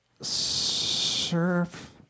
Surf